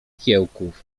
kiełków